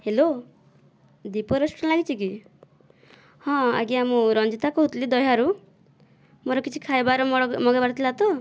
hello Deepak restaurant ଲାଗିଛି କି ହଁ ଆଜ୍ଞା ମୁଁ ରଞ୍ଜିତା କହୁଥିଲି ଦହ୍ୟାରୁ ମୋର କିଛି ଖାଇବାର ମୋର ମଗା ମଗାଇବାର ଥିଲା ତ